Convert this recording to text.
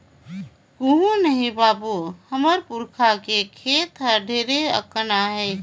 कुहू नइ बाबू, हमर पुरखा के खेत हर ढेरे अकन आहे